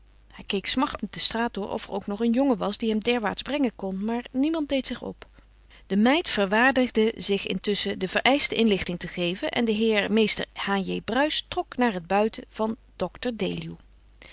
hij keek smachtend de straat door of er ook nog een jongen was die hem derwaarts brengen kon maar niemand deed zich op de meid verwaardigde zich intusschen de vereischte inlichting te geven en de heer mr h j bruis trok naar het buiten van dr